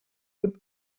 gibt